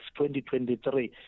2023